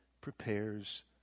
prepares